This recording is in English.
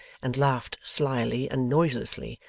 and laughed slyly and noiselessly,